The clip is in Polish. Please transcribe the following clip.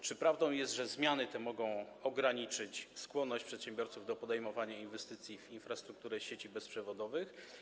Czy prawdą jest, że zmiany te mogą ograniczyć skłonność przedsiębiorców do podejmowania inwestycji w infrastrukturę sieci bezprzewodowych?